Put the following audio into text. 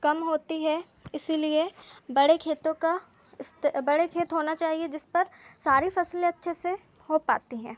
कम होती है इसीलिए बड़े खेतों का बड़े खेत होना चाहिए जिस पर सारी फसलें अच्छे से हो पाती हैं